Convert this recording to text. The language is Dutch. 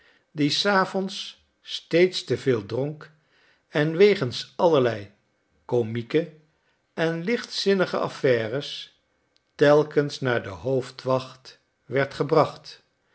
die s avonds steeds te veel dronk en wegens allerlei komieke en lichtzinnige affaires telkens naar de hoofdwacht werd gebracht